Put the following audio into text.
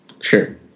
Sure